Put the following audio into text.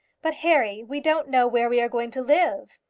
but, harry, we don't know where we are going to live.